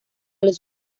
los